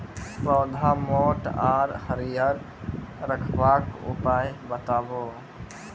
पौधा मोट आर हरियर रखबाक उपाय बताऊ?